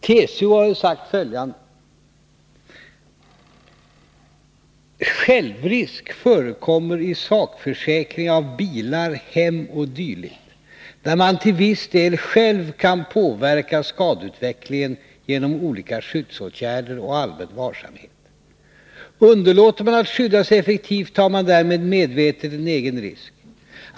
TCO har sagt följande: ”Självrisk förekommer i sakförsäkring av bilar, hem och dylikt, där man till viss del själv kan påverka skadeutvecklingen genom olika skyddsåtgärder och allmän varsamhet. Underlåter man att skydda sig effektivt tar man därmed medvetet en egen risk.